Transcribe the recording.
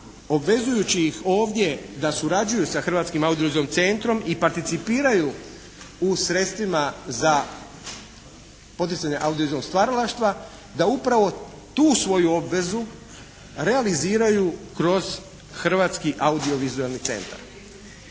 obvezjući ih ovdje da surađuju sa Hrvatskim audio-vizualnim centrom i participiraju u sredstvima za poticanje audio-vizualnog stvaralaštva da upravo tu svoju obvezu realiziraju kroz Hrvatski audiovizualni centar.